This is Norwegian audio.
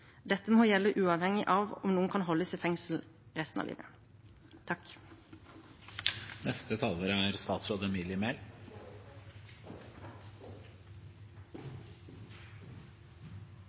Dette må gjelde uavhengig av om noen kan holdes i fengsel resten av livet.